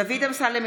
דוד אמסלם,